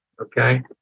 Okay